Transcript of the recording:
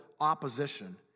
opposition